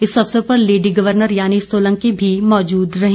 इस अवसर पर लेडी गवर्नर रानी सोलंकी भी मौजूद रहीं